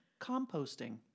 composting